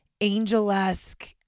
angel-esque